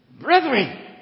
Brethren